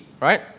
right